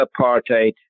apartheid